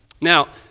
Now